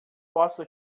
posso